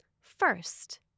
First